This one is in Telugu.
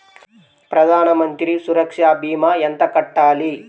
ప్రధాన మంత్రి సురక్ష భీమా ఎంత కట్టాలి?